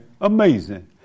Amazing